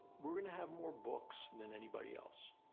we're going to have more books than anybody else.